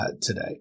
today